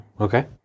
Okay